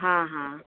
हां हां